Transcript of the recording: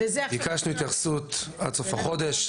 ביקשנו התייחסות על סוף החודש.